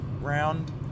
round